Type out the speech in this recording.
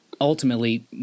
ultimately